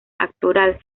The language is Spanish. actoral